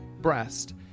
breast